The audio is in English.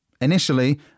Initially